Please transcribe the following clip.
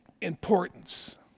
importance